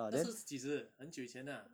那是及时很久以前啊